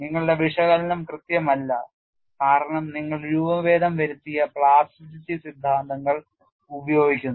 നിങ്ങളുടെ വിശകലനം കൃത്യമല്ല കാരണം നിങ്ങൾ രൂപഭേദം വരുത്തുന്ന പ്ലാസ്റ്റിറ്റി സിദ്ധാന്തങ്ങൾ ഉപയോഗിക്കുന്നു